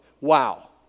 Wow